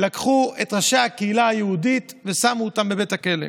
לקחו את ראשי הקהילה היהודית ושמו אותם בבית הכלא.